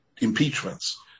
impeachments